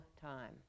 time